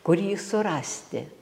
kur jį surasti